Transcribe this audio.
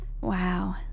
wow